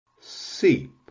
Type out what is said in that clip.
Seep